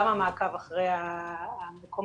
גם המעקב אחרי המקומות,